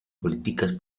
políticas